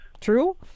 true